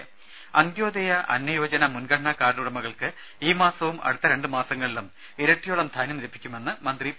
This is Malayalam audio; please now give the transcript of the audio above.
ത അന്ത്യോദയ അന്നയോജന മുൻഗണനാ കാർഡ് ഉടമകൾക്ക് ഈ മാസവും അടുത്ത രണ്ട് മാസങ്ങളിലും ഇരട്ടിയോളം ധാന്യം ലഭിക്കുമെന്ന് മന്ത്രി പി